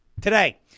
today